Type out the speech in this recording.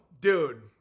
dude